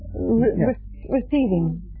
receiving